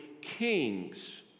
kings